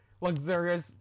luxurious